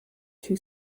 two